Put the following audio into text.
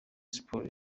sports